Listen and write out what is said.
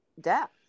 death